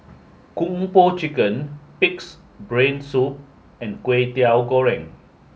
Kung Po Chicken Pig's Brain Soup and Kwetiau Goreng